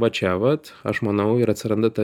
va čia vat aš manau ir atsiranda ta